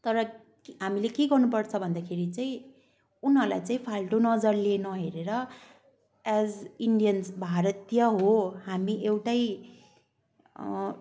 तर हामीले के गर्नुपर्छ भन्दाखेरि चाहिँ उनीहरूलाई चाहिँ फाल्टो नजरले नहेरेर एज इन्डियन्स भारतीय हो हामी एउटै